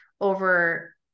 over